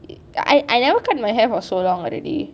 I I never cut my hair for so long already